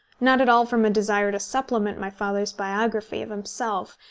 not at all from a desire to supplement my father's biography of himself,